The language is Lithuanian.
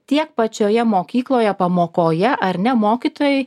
tiek pačioje mokykloje pamokoje ar ne mokytojai